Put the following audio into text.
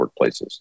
workplaces